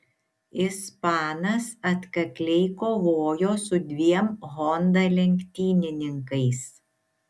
ispanas atkakliai kovojo su dviem honda lenktynininkais